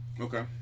Okay